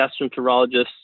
gastroenterologists